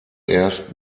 erst